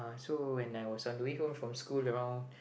so when I was on the way home from school around